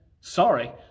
Sorry